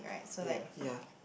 ya ya